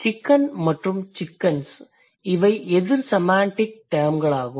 chicken மற்றும் chickens இவை எதிர் செமாண்டிக் டெர்ம்கள் ஆகும்